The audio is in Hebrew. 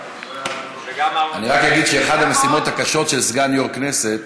אני רק אגיד שאחת המשימות הקשות של סגן יו"ר כנסת,